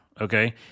Okay